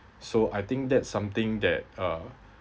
so I think that's something that uh